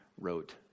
wrote